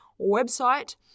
website